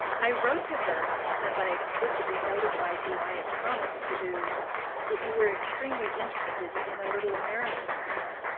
i wrote to her as i explicitly notified you i had promised to do that you were extremely interested in a little american girl.